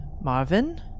Marvin